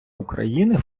україни